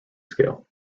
scale